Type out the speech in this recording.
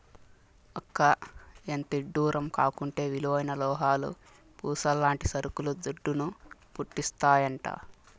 అక్కా, ఎంతిడ్డూరం కాకుంటే విలువైన లోహాలు, పూసల్లాంటి సరుకులు దుడ్డును, పుట్టిస్తాయంట